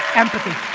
empathy,